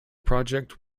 project